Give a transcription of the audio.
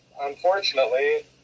unfortunately